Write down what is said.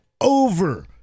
over